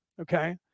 Okay